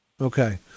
Okay